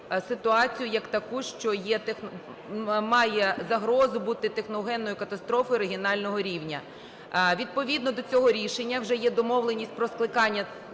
ситуацію як таку, що є, має загрозу бути техногенною катастрофою регіонального рівня. Відповідно до цього рішення вже є домовленість про скликання